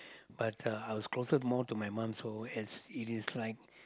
but uh I was closer more to my mum so as it is like